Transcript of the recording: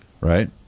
right